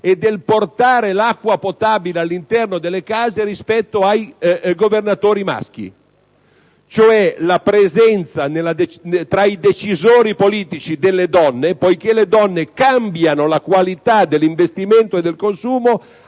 e del portare l'acqua potabile all'interno delle case rispetto ai governatori maschi. In sostanza, la presenza delle donne tra i decisori politici, poiché le donne cambiano la qualità dell'investimento e del consumo,